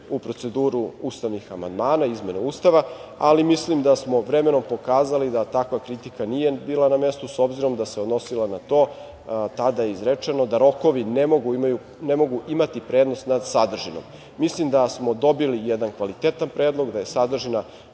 u proceduru ustavnih amandmana izmene Ustava, ali mislim da smo vremenom pokazali da takva kritika nije bila na mestu s obzirom da se odnosila na to tada izrečeno da rokovi ne mogu imati prednost nad sadržinom. Mislim da smo dobili jedan kvalitetan predlog, da je sadržina